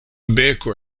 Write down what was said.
beko